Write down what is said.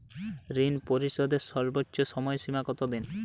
ঋণ পরিশোধের সর্বোচ্চ সময় সীমা কত দিন?